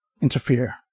interfere